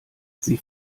sie